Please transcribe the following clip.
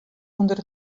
ûnder